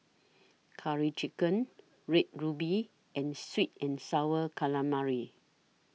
Curry Chicken Red Ruby and Sweet and Sour Calamari